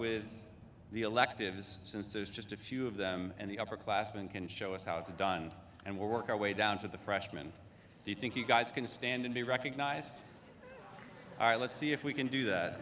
with the electives since there's just a few of them and the upper classman can show us how it's done and we'll work our way down to the freshman do you think you guys can stand and be recognized all right let's see if we can do that